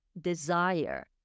desire